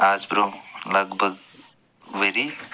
آز برٛونٛہہ لگ بگ ؤری